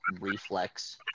reflex